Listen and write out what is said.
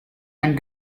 and